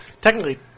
technically